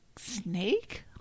snake